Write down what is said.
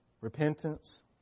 Repentance